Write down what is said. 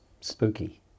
spooky